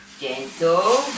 gentle